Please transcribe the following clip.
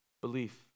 belief